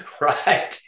right